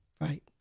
right